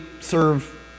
serve